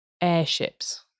airships